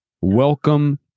Welcome